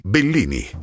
Bellini